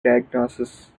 diagnosis